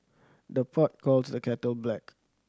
the pot calls the kettle black